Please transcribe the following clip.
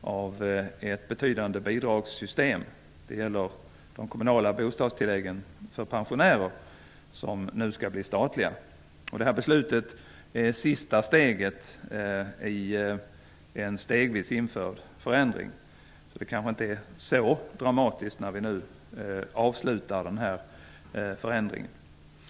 av ett betydande bidragssystem. Det gäller de kommunala bostadstilläggen för pensionärer som nu skall bli statliga. Det beslutet är sista steget i en stegvis införd förändring, så det kanske inte är så dramatiskt när vi nu avslutar den förändringen.